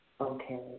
Okay